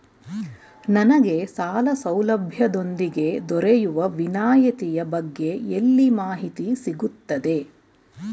ನನಗೆ ಸಾಲ ಸೌಲಭ್ಯದೊಂದಿಗೆ ದೊರೆಯುವ ವಿನಾಯತಿಯ ಬಗ್ಗೆ ಎಲ್ಲಿ ಮಾಹಿತಿ ಸಿಗುತ್ತದೆ?